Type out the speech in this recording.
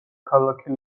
ქალაქი